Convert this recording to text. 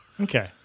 Okay